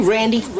Randy